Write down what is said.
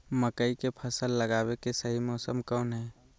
मकई के फसल लगावे के सही मौसम कौन हाय?